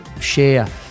share